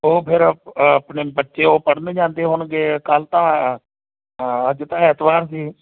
ਉਹ ਫਿਰ ਆਪਣੇ ਬੱਚੇ ਉਹ ਪੜ੍ਹਨ ਜਾਂਦੇ ਹੋਣਗੇ ਕੱਲ੍ਹ ਤਾਂ ਅੱਜ ਤਾਂ ਐਤਵਾਰ ਸੀ